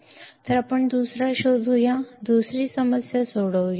तर आपण दुसरा शोधूया दुसरी समस्या सोडवूया